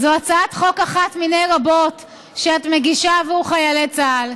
זו הצעת חוק אחת מני רבות שאת מגישה בעבור חיילי צה"ל.